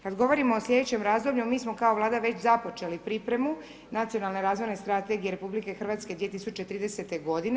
Kad govorimo o slijedećem razdoblju, mi smo kao Vlada već započeli pripremu nacionalne razvojne strategije RH 2030. godine.